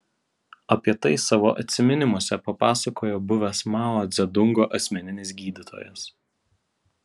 apie tai savo atsiminimuose papasakojo buvęs mao dzedungo asmeninis gydytojas